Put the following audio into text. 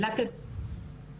ומה הילדים עושים כל הזמן.